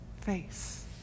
face